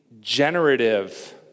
generative